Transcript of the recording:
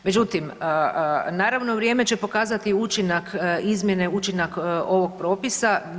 Međutim, naravno vrijeme će pokazati učinak izmjene, učinak ovog propisa.